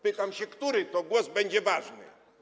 Pytam się: Który to głos będzie ważny?